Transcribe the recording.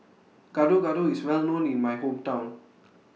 Gado Gado IS Well known in My Hometown